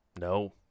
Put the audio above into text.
No